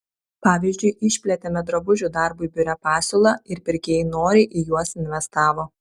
pavyzdžiui išplėtėme drabužių darbui biure pasiūlą ir pirkėjai noriai į juos investavo